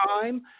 time